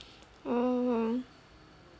oh